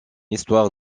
histoire